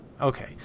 Okay